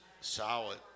solid